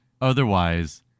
Otherwise